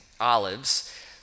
olives